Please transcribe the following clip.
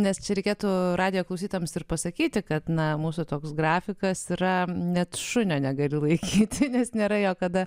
nes čia reikėtų radijo klausytojams ir pasakyti kad na mūsų toks grafikas yra net šunio negali laikyti nes nėra jo kada